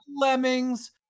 lemmings